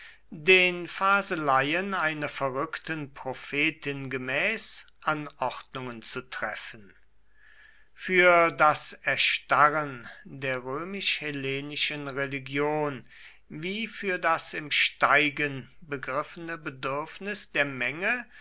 den faseleien einer verrückten prophetin gemäß anordnungen zu treffen für das erstarren der römisch hellenischen religion wie für das im steigen begriffene bedürfnis der menge